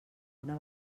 una